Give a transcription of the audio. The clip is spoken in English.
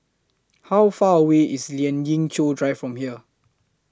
How Far away IS Lien Ying Chow Drive from here